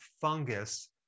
fungus